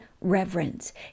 reverence